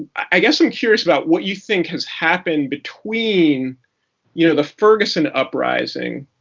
i guess i'm curious about what you think has happened between you know the ferguson uprising,